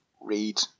read